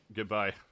Goodbye